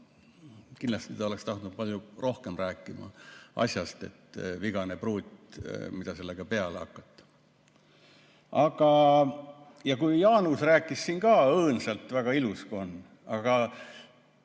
kindlasti ta oleks tahtnud palju rohkem rääkida asjast, et vigane pruut, mida sellega peale hakata. Jaanus rääkis siin ka õõnsalt, väga ilus, et